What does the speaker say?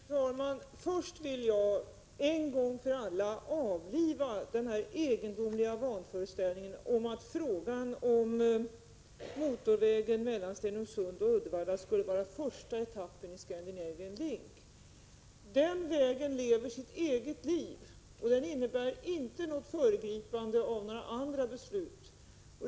Fru talman! För det första vill jag en gång för alla avliva den egendomliga vanföreställningen att frågan om motorvägen mellan Stenungsund och Uddevalla skulle utgöra den första etappen i Scandinavian Link. Den vägen lever sitt eget liv. Det innebär inte något föregripande av andra beslut.